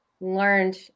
learned